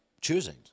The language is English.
choosing